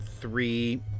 Three